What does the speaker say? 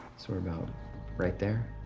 sort of about right there.